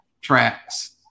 tracks